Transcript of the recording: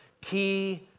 key